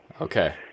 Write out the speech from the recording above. Okay